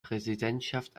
präsidentschaft